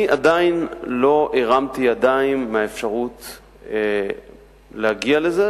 אני עדיין לא הרמתי ידיים מול האפשרות להגיע לזה,